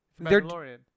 Mandalorian